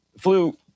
Flu